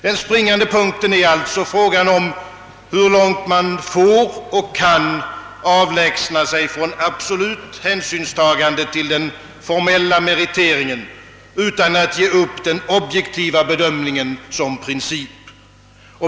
Den springande punkten är alltså frågan om hur långt man får och kan avlägsna sig från absolut hänsynstagande till den formella meriteringen utan att ge upp den objektiva bedömningen som princip.